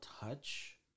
touch